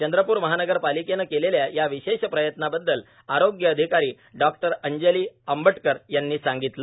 चंद्रपूर महानगर पालिकेनं केलेल्या या विशेष प्रयत्नांबाबत आरोग्य अधिकारी डॉ अंजली आंबाटकर यांनी सांगितलं